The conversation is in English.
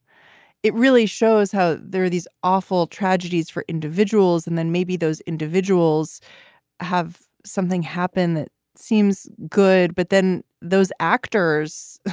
it really shows how there are these awful tragedies for individuals. and then maybe those individuals have something happen that seems good. but then those actors,